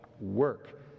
work